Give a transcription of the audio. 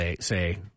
say